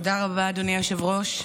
תודה רבה, אדוני היושב-ראש.